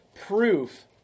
proof